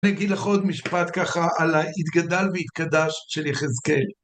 נגיד לך עוד משפט ככה על היתגדל והיתקדש של יחזקאל.